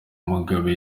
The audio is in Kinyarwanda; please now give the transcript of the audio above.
mugabe